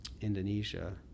Indonesia